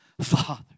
Father